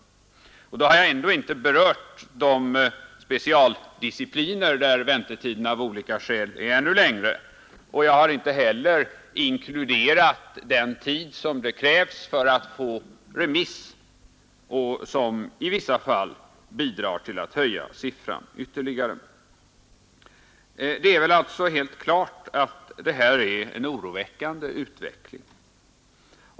Da ha: jag ända inte berört de specialdiscipliner där väntetiderna av olika skål är ännu längre, och jag har inte heller inkluderat den tid som det krävs för att få remiss och som i vissa fall bidrar till att höja siffran ytterligare. Det är väl alltså helt klart att det här är en oroväckande utveckling.